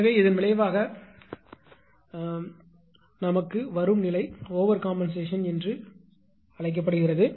எனவே இதன் விளைவாக வரும் நிலை ஓவர் கம்பென்சேஷன் என்று அழைக்கப்படுகிறது